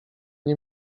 nie